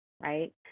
right